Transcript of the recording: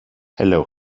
hello